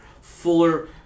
fuller